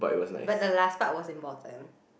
but the last part was important